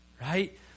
right